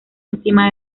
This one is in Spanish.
encima